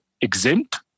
exempt